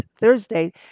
Thursday